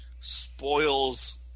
spoils